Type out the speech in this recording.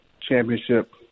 championship